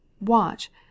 Watch